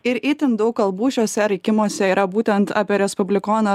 ir itin daug kalbų šiuose rinkimuose yra būtent apie respublikoną